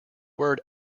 word